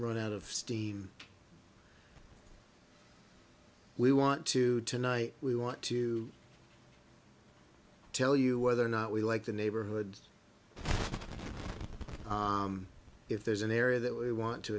run out of steam we want to tonight we want to tell you whether or not we like the neighborhoods if there's an area that we want to